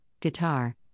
guitar